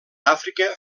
àfrica